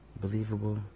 believable